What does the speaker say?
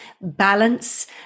balance